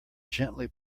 gently